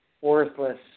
worthless